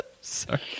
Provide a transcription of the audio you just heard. Sorry